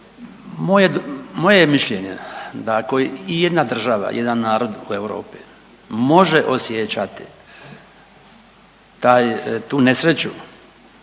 je mišljenje da ako ijedna država, jedan narod u Europi može osjećati tu nesreću